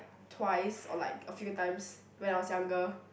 twice or like a few times when I was younger